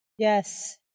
Yes